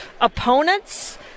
opponents